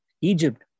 Egypt